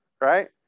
right